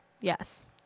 Yes